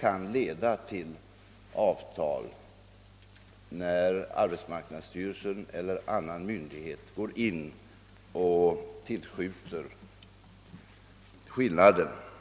kan leda till avtal när arbetsmarknadsstyrelsen eller någon annan myndighet tillskjuter prisskillnaden.